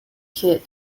hit